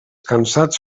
cansats